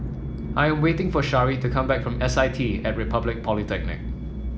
I am waiting for Shari to come back from S I T at Republic Polytechnic